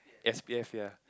s_p_f ya